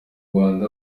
rwanda